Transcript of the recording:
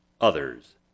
others